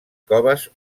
coves